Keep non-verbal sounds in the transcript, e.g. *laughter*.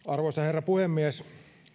*unintelligible* arvoisa herra puhemies